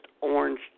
orange